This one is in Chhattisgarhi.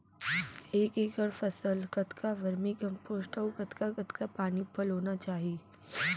एक एकड़ फसल कतका वर्मीकम्पोस्ट अऊ कतका कतका पानी पलोना चाही?